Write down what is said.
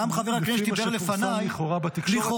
גם חבר הכנסת שדיבר לפניי --- לפי מה שפורסם לכאורה בתקשורת.